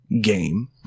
game